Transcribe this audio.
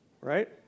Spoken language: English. right